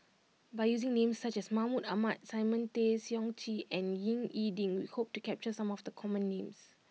by using names such as Mahmud Ahmad Simon Tay Seong Chee and Ying E Ding we hope to capture some of the common names